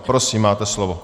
Prosím, máte slovo.